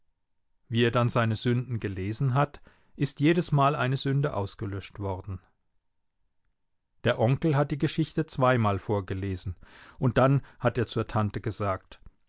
wie er dann seine sünden gelesen hat ist jedesmal eine sünde ausgelöscht worden der onkel hat die geschichte zweimal vorgelesen und dann hat er zur tante gesagt